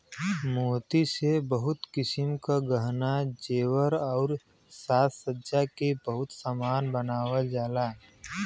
मोती से बहुत किसिम क गहना जेवर आउर साज सज्जा के बहुत सामान बनावल जाला